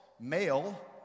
male